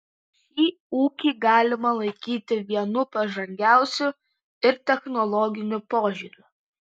šį ūkį galima laikyti vienu pažangiausių ir technologiniu požiūriu